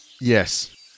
Yes